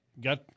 got